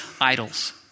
idols